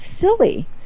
silly